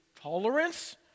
tolerance